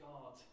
God